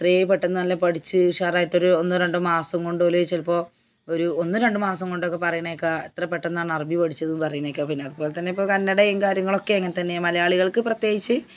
അത്രയും പെട്ടന്ന് നല്ല പഠിച്ച് ഉഷാറായിട്ട് ഒരു ഒന്നോ രണ്ടോ മാസം കൊണ്ട് ഓല് ചിലപ്പോൾ ഒരു ഒന്ന് രണ്ട് മാസം കൊണ്ടൊക്കെ പറയണേക്കാം എത്ര പെട്ടന്നാണ് അറബി പഠിച്ചതെന്ന് പറയണേക്കാം അത് പോലെ തന്നെ ഇപ്പോൾ കന്നഡയും കാര്യങ്ങളൊക്കെ ഇങ്ങനെ തന്നെ മലയാളികൾക്ക് പ്രത്യേകിച്ച്